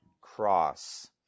cross